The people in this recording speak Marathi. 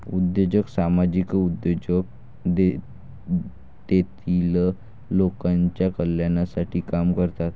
उद्योजक सामाजिक उद्योजक तेतील लोकांच्या कल्याणासाठी काम करतात